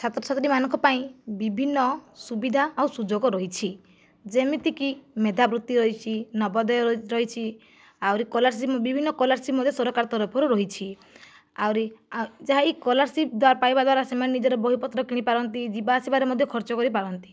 ଛାତ୍ରଛାତ୍ରୀମାନଙ୍କ ପାଇଁ ବିଭିନ୍ନ ସୁବିଧା ଆଉ ସୁଯୋଗ ରହିଛି ଯେମିତିକି ମେଧାବୃତ୍ତି ରହିଛି ନବୋଦୟ ରହିଛି ଆହୁରି ସ୍କଲାରସିପ୍ ବିଭିନ୍ନ ସ୍କଲାରସିପ୍ ମଧ୍ୟ ସରକାର ତରଫରୁ ରହିଛି ଆହୁରି ଯାହା ଏଇ ସ୍କଲାରସିପ୍ ପାଇବାଦ୍ୱାରା ସେମାନେ ନିଜର ବହିପତ୍ର କିଣିପାରନ୍ତି ଯିବାଆସିବାରେ ମଧ୍ୟ ଖର୍ଚ୍ଚ କରିପାରନ୍ତି